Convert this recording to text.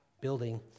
building